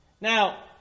Now